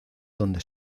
donde